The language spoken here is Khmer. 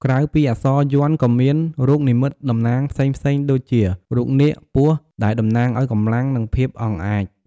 ក្រៅពីអក្សរ យ័ន្តក៏មាន រូបនិមិត្តតំណាងផ្សេងៗដូចជា រូបនាគ ពស់ ដែលតំណាងឱ្យកម្លាំង និងភាពអង់អាច។